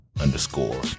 underscore